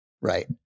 right